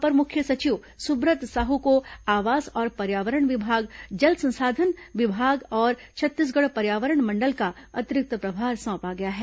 अपर मुख्य सचिव सुब्रत साहू को आवास और पर्यावरण विभाग जल संसाधन विभाग और छत्तीसगढ़ पर्यावरण मंडल का अतिरिक्त प्रभार सौंपा गया है